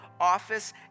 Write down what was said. office